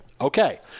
Okay